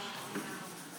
בבקשה.